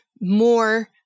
more